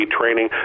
training